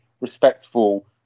respectful